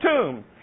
tomb